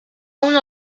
uno